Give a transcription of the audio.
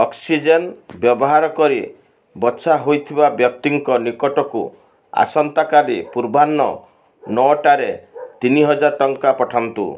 oxygen ବ୍ୟବହାର କରି ବଛା ହୋଇଥିବା ବ୍ୟକ୍ତିଙ୍କ ନିକଟକୁ ଆସନ୍ତାକାଲି ପୂର୍ବାହ୍ନ ନଅଟାରେ ତିନି ହଜାର ଟଙ୍କା ପଠାନ୍ତୁ